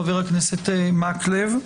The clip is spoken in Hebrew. חבר הכנסת מקלב.